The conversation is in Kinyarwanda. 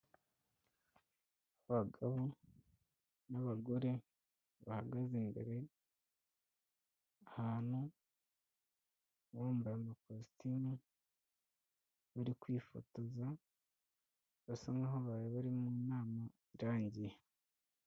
Abagabo, n'abagore, bahagaze imbere ahantu, bambaye amakositimu, bari kwifotoza, basa nk'aho bari bari mu nama, irangiye.